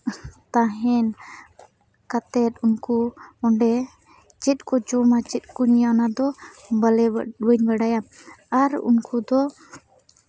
ᱛᱟᱦᱮᱱ ᱠᱟᱛᱮᱫ ᱩᱱᱠᱩ ᱚᱸᱰᱮ ᱪᱮᱫ ᱠᱚ ᱡᱚᱢᱟ ᱪᱮᱫ ᱠᱚ ᱧᱩᱭᱟ ᱚᱱᱟ ᱫᱚ ᱵᱟᱞᱮ ᱵᱟᱹᱧ ᱵᱟᱰᱟᱭᱟ ᱟᱨ ᱩᱱᱠᱩ ᱫᱚ